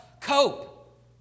cope